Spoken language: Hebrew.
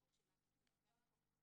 מעון יום.